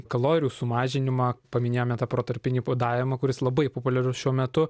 kalorijų sumažinimą paminėjome tą protarpinį badavimą kuris labai populiarus šiuo metu